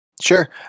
Sure